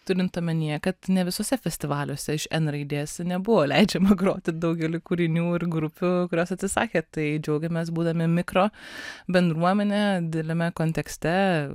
turint omenyje kad ne visuose festivaliuose iš n raidės nebuvo leidžiama groti daugelį kūrinių ir grupių kurios atsisakė tai džiaugiamės būdami mikrobendruomene dideliame kontekste